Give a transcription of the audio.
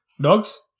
Dogs